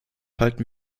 halten